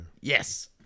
Yes